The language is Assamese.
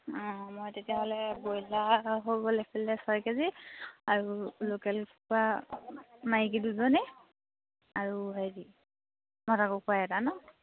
অঁ মই তেতিয়াহ'লে ব্ৰইলাৰ হৈ গ'ল এইফালে ছয় কেজি আৰু লোকেল কুকুৰা মাইকী দুজনী আৰু হেৰি মতা কুকুৰা এটা নহ্